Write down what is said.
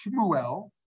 Shmuel